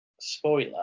Spoiler